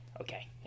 okay